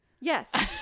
Yes